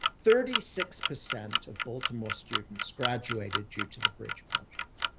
thirty six percent of baltimore students graduated due to the bridge project.